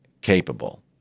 capable